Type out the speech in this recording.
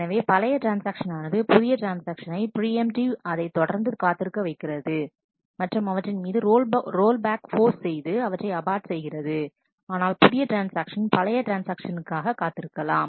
எனவே பழைய ட்ரான்ஸ்ஆக்ஷன்ஆனது புதிய ட்ரான்ஸ்ஆக்ஷனை பிரியம்டிவ் அதைத்தொடர்ந்து காத்திருக்க வைக்கிறது மற்றும் அவற்றின்மீது ரோல்பேக் போர்ஸ் செய்து அவற்றை அபார்ட் செய்கிறது ஆனால் புதிய ட்ரான்ஸ்ஆக்ஷன் பழைய ட்ரான்ஸ்ஆக்ஷனிற்காக காத்திருக்கலாம்